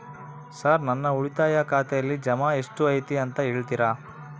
Sir ನನ್ನ ಉಳಿತಾಯ ಖಾತೆಯಲ್ಲಿ ಜಮಾ ಎಷ್ಟು ಐತಿ ಅಂತ ಹೇಳ್ತೇರಾ?